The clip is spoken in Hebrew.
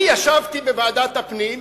אני ישבתי בוועדת הפנים,